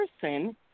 person